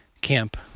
camp